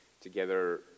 together